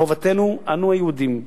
מחובתנו אנו, היהודים,